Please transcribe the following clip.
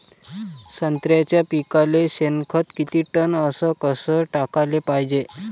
संत्र्याच्या पिकाले शेनखत किती टन अस कस टाकाले पायजे?